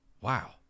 Wow